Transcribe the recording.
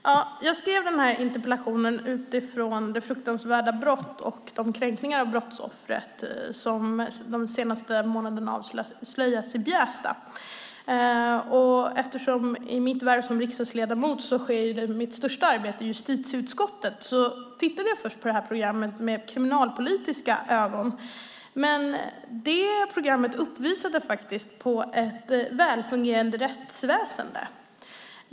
Fru talman! Jag skrev den här interpellationen utifrån det fruktansvärda brott och de kränkningar av brottsoffret som de senaste månaderna har avslöjats i Bjästa. I mitt värv som riksdagsledamot sker största delen av mitt arbete i justitieutskottet, och därför tittade jag först på programmet med kriminalpolitiska ögon. Programmet visade faktiskt ett välfungerande rättsväsen.